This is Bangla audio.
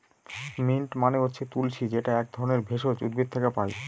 মিন্ট মানে হচ্ছে তুলশী যেটা এক ধরনের ভেষজ উদ্ভিদ থেকে পায়